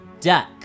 Duck